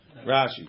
Rashi